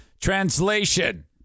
Translation